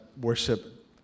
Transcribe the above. worship